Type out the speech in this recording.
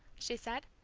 she said.